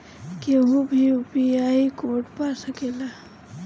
केहू भी UPI code पा सकेला?